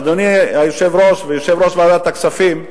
אדוני היושב-ראש ויושב-ראש ועדת הכספים,